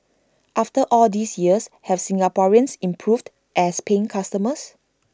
after all these years have Singaporeans improved as paying customers